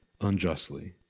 unjustly